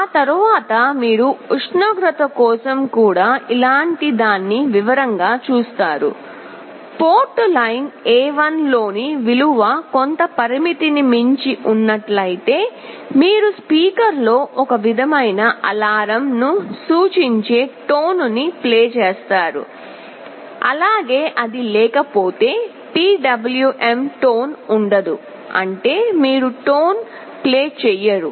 ఆ తరువాత మీరు ఉష్ణోగ్రత కోసం కూడా ఇలాంటి దాన్ని వివరంగా చూస్తారు పోర్ట్ లైన్ A1 లోని విలువ కొంత పరిమితిని మించి ఉన్నట్లయితే మీరు స్పీకర్ లో ఒక విధమైన అలారం ను సూచించే టోన్ని ప్లే చేస్తారు అలాగే అది లేకపోతే PWM టోన్ ఉండదు అంటే మీరు టోన్ ప్లే చేయరు